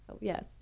yes